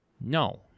No